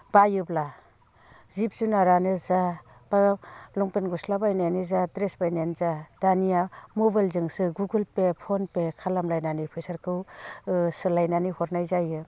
बायोब्ला जिब जुनारानो जा लंपेन्ट गस्ला बायनायानो जा ड्रेस बायनायानो जा दानिया मबाइलजोंसो गुगोल पे फन पे खालामलायनानै फैसाखौ सोलायनानै हरनाय जायो